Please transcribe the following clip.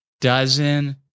dozen